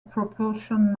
propulsion